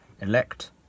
elect